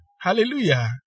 Hallelujah